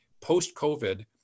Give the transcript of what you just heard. post-COVID